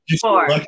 four